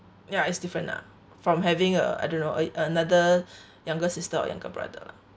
ya it's different from having uh I don't know a another younger sister or younger brother